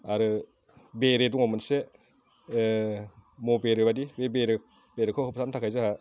आरो बेरे दङ मोनसे मौ बेरे बायदि बे बेरे बेरेखौ होबथानो थाखाय जोंहा